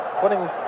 putting